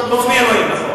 חוץ מאלוהים.